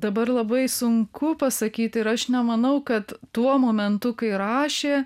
dabar labai sunku pasakyti ir aš nemanau kad tuo momentu kai rašė